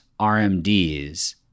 RMDs